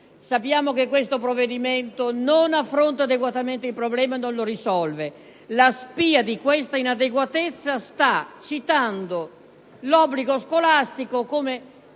Sappiamo che questo provvedimento non affronta adeguatamente il problema e non lo risolve. La spia di questa inadeguatezza risiede nel fatto che sull'obbligo scolastico,